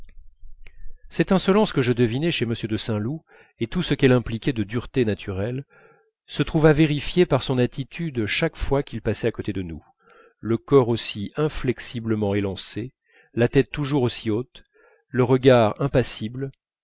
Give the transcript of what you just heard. cette insolence que je devinais chez m de saint loup et tout ce qu'elle impliquait de dureté naturelle se trouva vérifiée par son attitude chaque fois qu'il passait à côté de nous le corps aussi inflexiblement élancé la tête toujours aussi haute le regard impassible